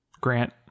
grant